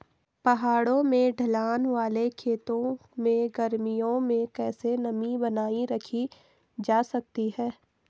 पहाड़ों में ढलान वाले खेतों में गर्मियों में कैसे नमी बनायी रखी जा सकती है?